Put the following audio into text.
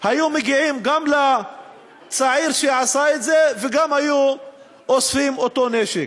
היו גם מגיעים לצעיר שעשה את זה וגם אוספים את אותו נשק.